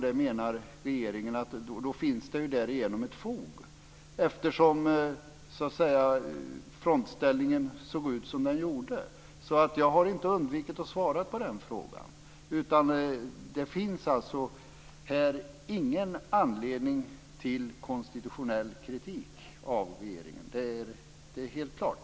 Då menar regeringen att det därigenom finns fog, eftersom frontställningen så att säga såg ut som den gjorde. Jag har alltså inte undvikit att svara på den frågan. Det finns här ingen anledning till konstitutionell kritik av regeringen. Det är helt klart.